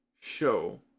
show